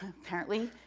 apparently,